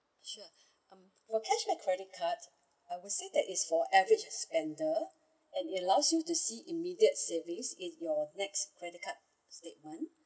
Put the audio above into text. sure um for cashback credit card I would say that is for average spenders and it allows you to see immediate saving in your next credit card statement